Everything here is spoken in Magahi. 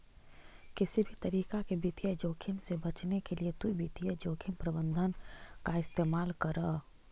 किसी भी तरीके के वित्तीय जोखिम से बचने के लिए तु वित्तीय जोखिम प्रबंधन का इस्तेमाल करअ